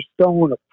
Stone